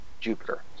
Jupiter